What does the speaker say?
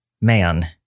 Man